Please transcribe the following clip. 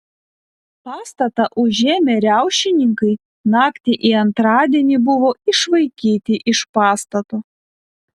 pastatą užėmę riaušininkai naktį į antradienį buvo išvaikyti iš pastato